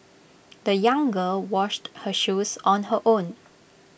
the young girl washed her shoes on her own